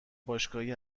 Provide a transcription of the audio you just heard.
باشگاهی